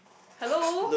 hello